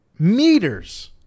Meters